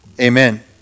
amen